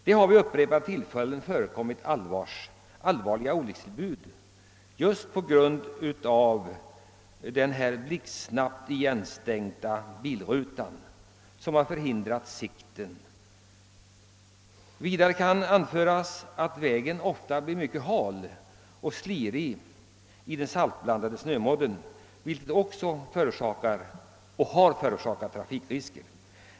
Det har vid upprepade tillfällen förekommit allvarliga olyckstillbud just på grund av att bilrutorna blixtsnabbt blivit igensmutsade, vilket förhindrat förarens sikt. Vidare kan anföras att vägen ofta blir mycket hal och slirig i den saltblandade snömodden, vilket också har förorsakat och förorsakar trafikolyckor.